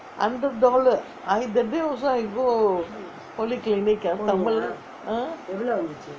hundred dollar I that day also I go polyclinic ah tamil ah